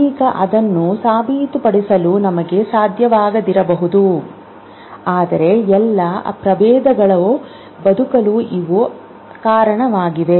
ಇದೀಗ ಅದನ್ನು ಸಾಬೀತುಪಡಿಸಲು ನಮಗೆ ಸಾಧ್ಯವಾಗದಿರಬಹುದು ಆದರೆ ಎಲ್ಲಾ ಪ್ರಭೇದಗಳು ಬದುಕಲು ಇವು ಕಾರಣಗಳಾಗಿವೆ